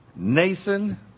Nathan